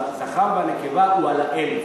הזכר והנקבה הוא על האלף.